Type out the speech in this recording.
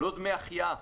לא דמי החייאה.